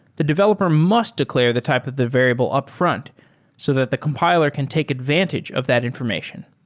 the developer must declare the type of the variable upfront so that the compiler can take advantage of that information.